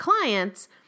clients